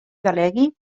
delegui